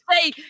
say